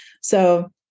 So-